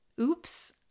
Oops